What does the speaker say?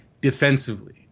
defensively